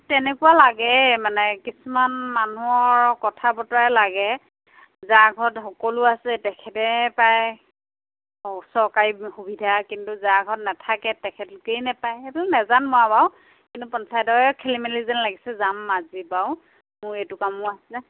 তেনেকুৱা লাগে মানে কিছুমান মানুহৰ কথা বতৰাই লাগে যাৰ ঘৰত সকলো আছে তেখেতে পায় চৰকাৰী সুবিধা কিন্তু যাৰ ঘৰত নাথাকে তেখেতলোকেই নাপায় সেইটো নাজানো আৰু বাৰু কিন্তু পঞ্চায়তৰে খেলিমেলি যেন লাগিছে যাম আজি বাৰু মোৰ এইটো কামো আছে